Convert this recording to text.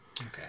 Okay